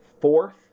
fourth